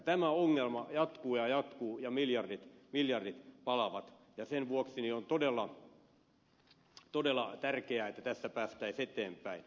tämä ongelma jatkuu ja jatkuu ja miljardit palavat ja sen vuoksi on todella tärkeää että tässä päästäisiin eteenpäin